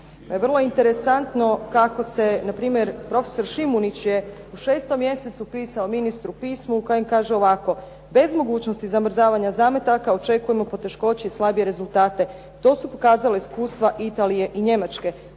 Vrlo je interesantno kako se npr. prof. Šimunić je u 6. mjesecu pisao ministru pismo u kojem kaže ovako: "Bez mogućnosti zamrzavanja zametaka očekujemo poteškoće i slabije rezultate." To su pokazala iskustva Italije i Njemačke.